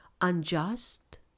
unjust